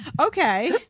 Okay